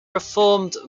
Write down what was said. performed